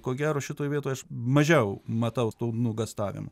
ko gero šitoj vietoj mažiau matau tų nuogąstavimų